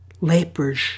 lepers